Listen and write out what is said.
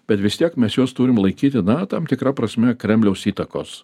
bet vis tiek mes juos turim laikyti na tam tikra prasme kremliaus įtakos